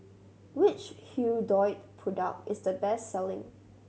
which Hirudoid product is the best selling